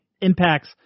impacts